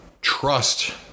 trust